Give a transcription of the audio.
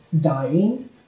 dying